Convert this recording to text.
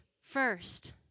first